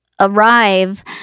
arrive